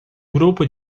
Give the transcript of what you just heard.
grupo